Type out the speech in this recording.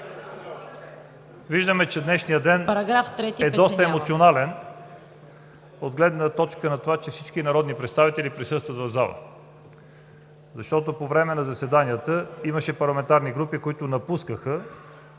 Виждаме, че днешният ден е доста емоционален от гледна точка на това, че всички народни представители присъстват в залата. Защото по време на заседанията имаше парламентарни групи, които напускаха